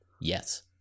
Yes